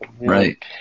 Right